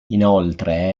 inoltre